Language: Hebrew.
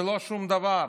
זה לא שום דבר.